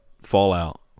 fallout